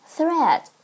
Thread